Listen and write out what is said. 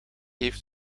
heeft